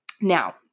Now